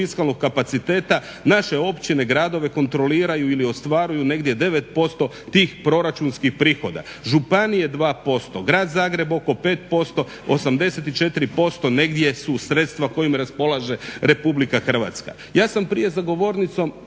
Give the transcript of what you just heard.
Ja sam prije za govornicom